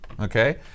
Okay